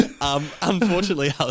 Unfortunately